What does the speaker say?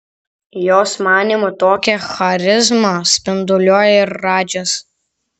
jos manymu tokią charizmą spinduliuoja ir radžis